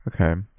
Okay